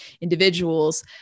individuals